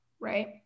right